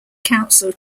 council